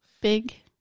big